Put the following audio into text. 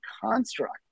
construct